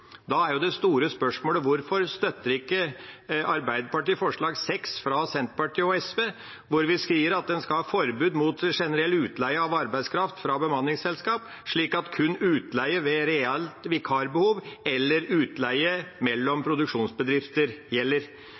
Da er det store spørsmålet: Hvorfor støtter ikke Arbeiderpartiet forslag nr. 6, fra Senterpartiet og Sosialistisk Venstreparti, hvor vi skriver at en skal ha «forbud mot generell utleie av arbeidskraft fra bemanningsselskaper, slik at kun utleie ved reelt vikarbehov eller utleie mellom produksjonsbedrifter